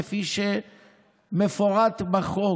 כפי שמפורט בחוק.